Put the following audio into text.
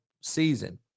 season